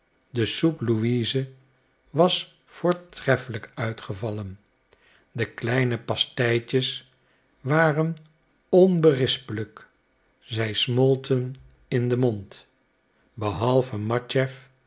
de soep louise was voortreffelijk uitgevallen de kleine pasteitjes waren onberispelijk zij smolten in den mond behalve